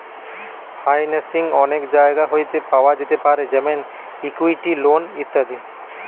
financing অনেক জায়গা হইতে পাওয়া যেতে পারে যেমন ইকুইটি, লোন ইত্যাদি